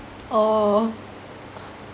oh